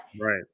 right